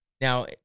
Now